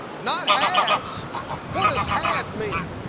not has what does had mean?